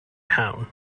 town